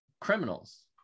criminals